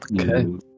okay